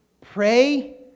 pray